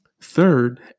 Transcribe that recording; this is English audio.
Third